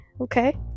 Okay